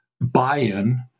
buy-in